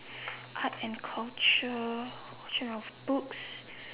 art and culture watching of books